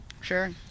Sure